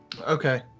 okay